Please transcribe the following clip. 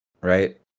Right